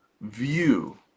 view